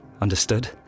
Understood